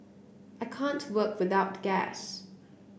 I can't work without gas